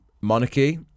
monarchy